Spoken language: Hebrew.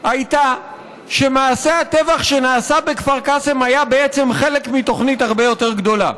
הייתה שמעשה הטבח שנעשה בכפר קאסם היה חלק מתוכנית הרבה יותר גדולה,